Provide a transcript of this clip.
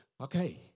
Okay